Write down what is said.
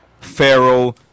Pharaoh